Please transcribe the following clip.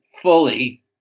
fully